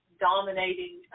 dominating